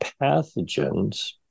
pathogens